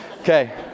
Okay